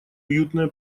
уютное